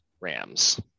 Rams